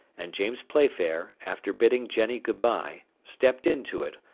and james playfair, after bidding jenny good-bye, stepped into it,